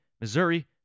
Missouri